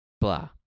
blah